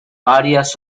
varias